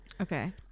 Okay